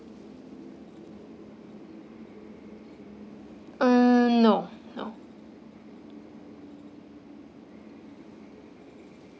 uh no no